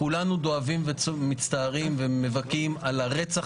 כולנו דואבים ומצטערים ומבכים את הרצח